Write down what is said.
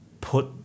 put